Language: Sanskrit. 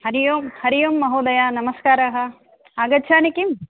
हरिः ओं हरिः ओं महोदय नमस्काराः आगच्छामि किं